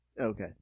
Okay